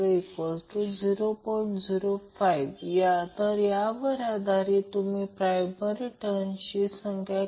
म्हणून हे अंदाजे 10 हर्ट्झ असेल